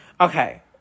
Okay